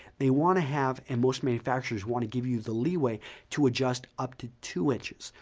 they want to have and most manufacturers want to give you the leeway to adjust up to two inches,